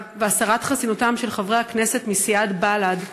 והסרת חסינותם של חברי הכנסת מסיעת בל"ד,